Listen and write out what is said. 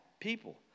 people